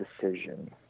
decision